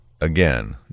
again